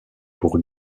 pour